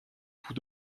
tous